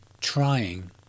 trying